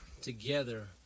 together